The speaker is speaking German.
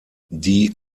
die